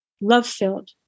love-filled